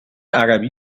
عربی